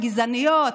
הגזעניות,